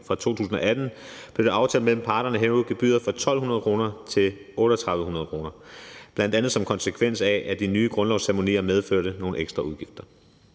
fra 2018 blev det aftalt mellem parterne at hæve gebyret fra 1.200 kr. til 3.800 kr., bl.a. som konsekvens af at de nye grundlovsceremonier medførte nogle ekstra udgifter.